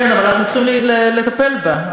טוב, כן, אבל אנחנו צריכים לטפל בה.